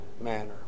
manner